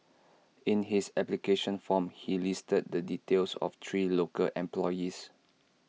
in his application form he listed the details of three local employees